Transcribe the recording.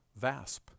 VASP